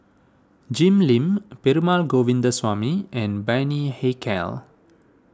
Jim Lim Perumal Govindaswamy and Bani Haykal